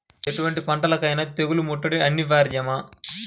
ఎటువంటి పంటలకైన తెగులు ముట్టడి అనివార్యమా?